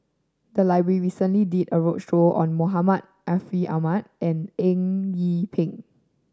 the library recently did a roadshow on Muhammad Ariff Ahmad and Eng Yee Peng